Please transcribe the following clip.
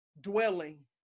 dwelling